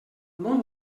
món